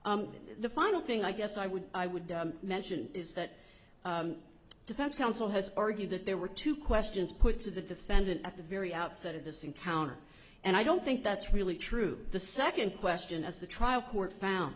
that the final thing i guess i would i would mention is that defense counsel has argued that there were two questions put to the defendant at the very outset of this encounter and i don't think that's really true the second question as the trial court found